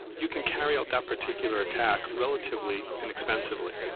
you can carry out that particular attack relatively inexpensively.